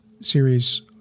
series